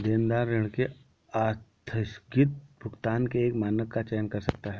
देनदार ऋण के आस्थगित भुगतान के एक मानक का चयन कर सकता है